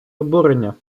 обурення